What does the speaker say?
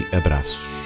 abraços